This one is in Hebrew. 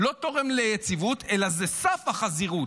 זה לא תורם ליציבות אלא זה סף החזירות.